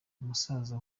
umusaza